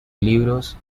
libros